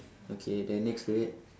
okay then next to it